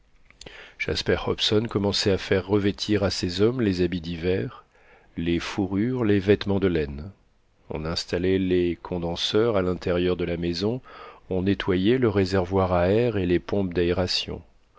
jasper hobson commençait à faire revêtir à ses hommes les habits d'hiver les fourrures les vêtements de laine on installait les condenseurs à l'intérieur de la maison on nettoyait le réservoir à air et les pompes d'aération